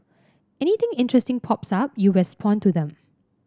anything interesting pops up you respond to them